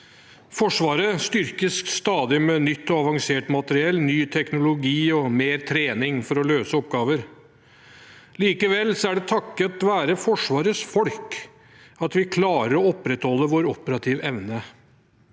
Forsvaret styrkes stadig med nytt og avansert materiell, ny teknologi og mer trening for å løse oppgaver. Likevel er det takket være Forsvarets folk at vi klarer å opprettholde vår operative evne.